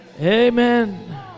amen